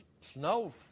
snow